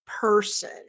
person